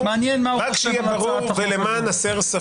מעניין מה הוא חושב על הצעת החוק